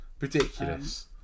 Ridiculous